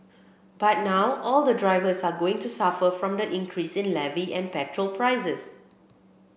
but now all the drivers are going to suffer from the increase in levy and petrol prices